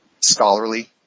scholarly